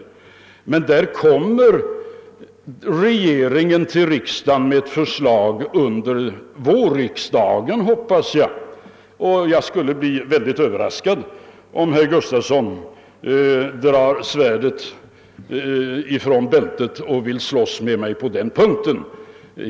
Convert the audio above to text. I detta avseende kommer emellertid regeringen att framlägga ett förslag, som jag hoppas till vårriksdagen, och jag skulle bli mycket överraskad om herr Gustafson skulle dra svärdet från bältet för att slåss med mig på denna punkt.